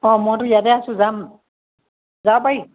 অ মইতো ইয়াতে আছোঁ যাম যাব পাৰি